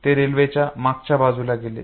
ते रेल्वेच्या मागच्या बाजूला गेले